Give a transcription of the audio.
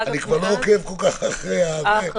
אני כבר לא עוקב כל כך אחרי ה...